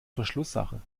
verschlusssache